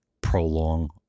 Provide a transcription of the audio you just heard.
prolong